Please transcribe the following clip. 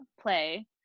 play